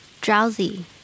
Drowsy